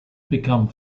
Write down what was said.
become